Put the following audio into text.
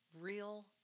real